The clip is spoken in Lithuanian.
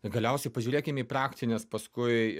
galiausiai pažiūrėkim į praktines paskui